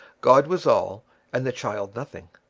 god was all and the child nothing.